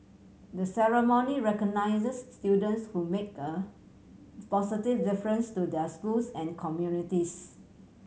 the ceremony recognises students who make a positive difference to their schools and communities